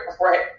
Right